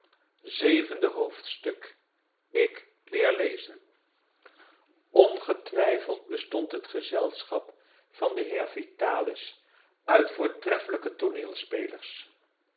vii ik leer lezen ongetwijfeld bestond het gezelschap van den heer vitalis uit voortreffelijke